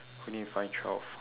we need to find twelve